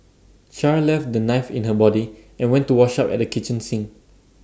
char left the knife in her body and went to wash up at the kitchen sink